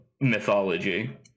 mythology